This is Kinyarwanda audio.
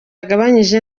agabanyije